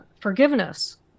forgiveness